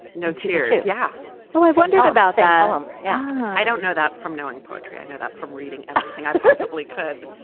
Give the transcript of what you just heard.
no it's easier to yeah i always wonder about al. yeah i don't know that from knowing poetry i know that from reading everything i possibly could.